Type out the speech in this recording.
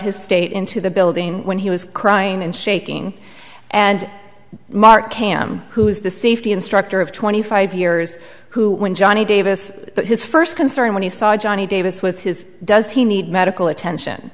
his state into the building when he was crying and shaking and mark am who is the safety instructor of twenty five years who when johnny davis his first concern when he saw johnnie davis was his does he need medical attention